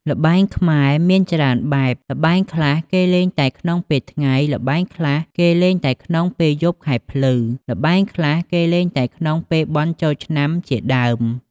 ល្បែងខ្មែរ មានច្រើនបែប ល្បែងខ្លះគេលេងតែក្នុងពេលថ្ងៃ ល្បែងខ្លះគេលេងតែក្នុងពេលយប់ខែភ្លឺ ល្បែងខ្លះគេលេងតែក្នុងពេលបុណ្យចូលឆ្នាំជាដើម។